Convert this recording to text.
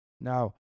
Now